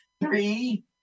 three